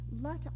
let